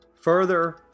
further